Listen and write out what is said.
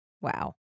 Wow